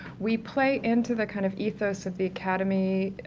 we play into the kind of ethos at the academy,